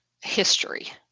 history